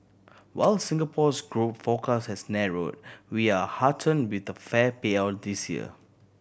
while Singapore's growth forecast has narrowed we are heartened with the fair payout this year